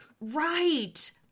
Right